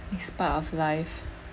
it's part of life